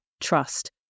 trust